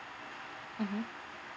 mmhmm